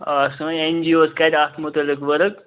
آ سٲنٛۍ N G O حظ کَرِ اتھ مُتعلِق ورک